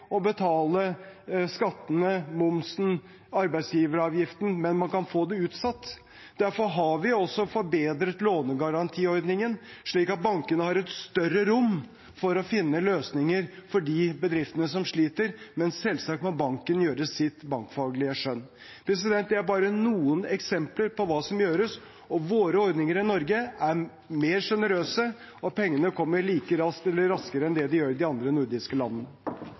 betale skattene, momsen, arbeidsgiveravgiften, men man kan få det utsatt. Derfor har vi også forbedret lånegarantiordningen, slik at bankene har et større rom for å finne løsninger for de bedriftene som sliter, men selvsagt må banken gjøre sitt bankfaglige skjønn. Det er bare noen eksempler på hva som gjøres. Ordningene i Norge er mer generøse, og pengene kommer like raskt eller raskere , sammenlignet med de andre nordiske landene.